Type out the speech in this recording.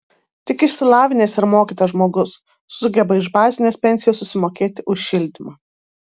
tik išsilavinęs ir mokytas žmogus sugeba iš bazinės pensijos susimokėti už šildymą